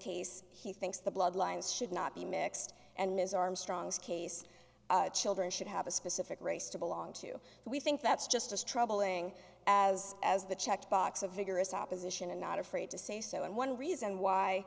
case he thinks the bloodlines should not be mixed in ms armstrong's case children should have a specific race to belong to and we think that's just as troubling as as the checkbox a vigorous opposition and not afraid to say so and one reason why